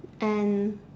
and